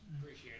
Appreciate